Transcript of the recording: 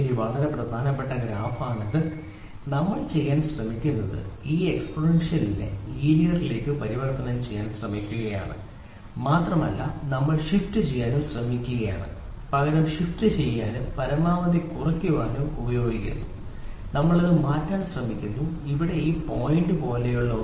ഇത് വളരെ പ്രധാനപ്പെട്ട ഗ്രാഫ് ആണ് ഇന്ന് നമ്മൾ ചെയ്യാൻ ശ്രമിക്കുന്നത് ഈ എക്സ്പോണൻഷ്യലിനെ ലീനിയറിലേക്ക് പരിവർത്തനം ചെയ്യാൻ ശ്രമിക്കുകയാണ് മാത്രമല്ല നമ്മൾ ഷിഫ്റ്റു ചെയ്യാൻ ശ്രമിക്കുകയാണ് പകരം ഷിഫ്റ്റ് ചെയ്യാനും ചെലവ് പരമാവധി കുറയ്ക്കാനും ശ്രമിക്കുന്നു നമ്മൾ ഇത് മാറ്റാൻ ശ്രമിക്കുക ഇവിടെ ഈ പോയിന്റ് പോലെയുള്ള ഒന്ന്